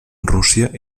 rússia